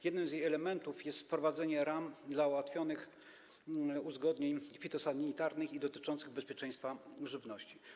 Jednym z jej elementów jest wprowadzenie ram dla ułatwienia uzgodnień fitosanitarnych i dotyczących bezpieczeństwa żywności.